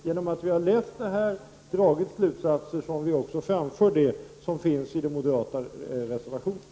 Det är därför att vi har dragit slutsatser av analysen som vi framför våra argument i den moderata reservationen.